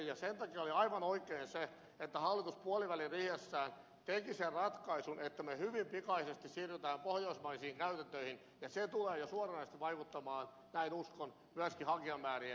sen takia oli aivan oikein se että hallitus puoliväliriihessään teki sen ratkaisun että me hyvin pikaisesti siirrymme pohjoismaisiin käytäntöihin ja se tulee jo suoranaisesti vaikuttamaan näin uskon myöskin hakijamäärien vähenemiseen